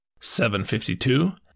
752